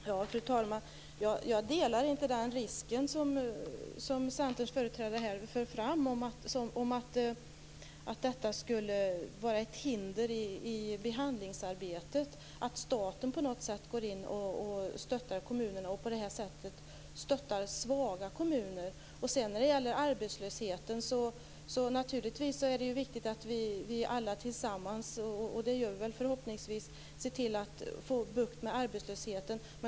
Fru talman! Jag delar inte den uppfattning som Centerns företrädare här för fram om risken för att det skulle vara ett hinder i behandlingsarbetet att staten på något sätt går in och stöttar kommuner. Jag tänker då på de svaga kommunerna. Naturligtvis är det viktigt att vi alla tillsammans ser till, vilket vi förhoppningsvis gör, att det går att få bukt med arbetslösheten.